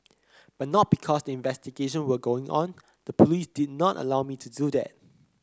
but not because the investigation were going on the police did not allow me to do that